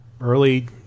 early